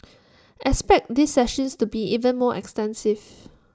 expect these sessions to be even more extensive